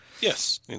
Yes